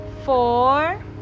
Four